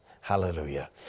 Hallelujah